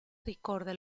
ricorda